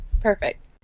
Perfect